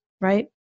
right